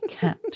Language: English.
cat